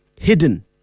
hidden